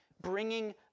bringing